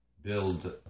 Build